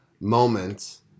moments